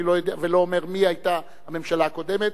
אני לא יודע ולא אומר מי היתה הממשלה הקודמת,